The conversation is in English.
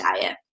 diet